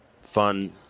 fun